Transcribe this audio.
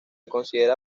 considera